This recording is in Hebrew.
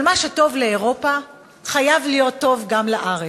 אבל מה שטוב לאירופה חייב להיות טוב גם לארץ.